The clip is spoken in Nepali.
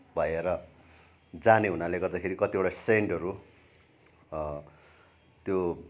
पार भएर जाने हुनाले गर्दाखेरि कतिवटा सेन्टहरू त्यो